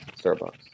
Starbucks